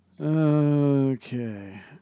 Okay